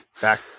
back